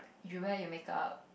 you wear your makeup